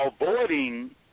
avoiding